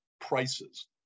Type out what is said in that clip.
prices